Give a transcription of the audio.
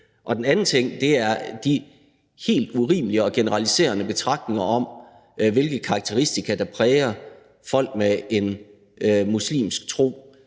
Den anden ting er de helt urimelige og generaliserende betragtninger om, hvilke karakteristika der præger folk med en muslimsk tro.